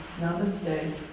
Namaste